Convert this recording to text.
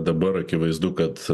dabar akivaizdu kad